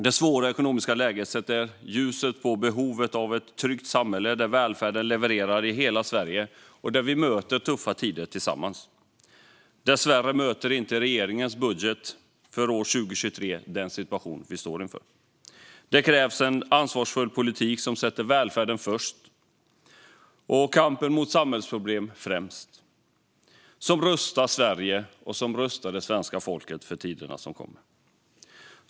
Det svåra ekonomiska läget sätter ljuset på behovet av ett tryggt samhälle, där välfärden levererar i hela Sverige och där vi möter tuffa tider tillsammans. Dessvärre möter inte regeringens budget för 2023 den situation vi står inför. Det krävs en ansvarsfull politik som sätter välfärden först och kampen mot samhällsproblemen främst och som rustar Sverige och det svenska folket för de tider som kommer.